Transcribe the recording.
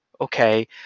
okay